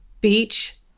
beach